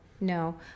no